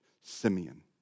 Simeon